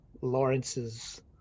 Lawrence's